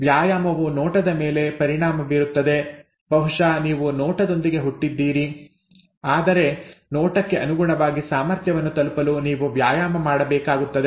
ವ್ಯಾಯಾಮವು ನೋಟದ ಮೇಲೆ ಪರಿಣಾಮ ಬೀರುತ್ತದೆ ಬಹುಶಃ ನೀವು ನೋಟದೊಂದಿಗೆ ಹುಟ್ಟಿದ್ದೀರಿ ಆದರೆ ನೋಟಕ್ಕೆ ಅನುಗುಣವಾಗಿ ಸಾಮರ್ಥ್ಯವನ್ನು ತಲುಪಲು ನೀವು ವ್ಯಾಯಾಮ ಮಾಡಬೇಕಾಗುತ್ತದೆ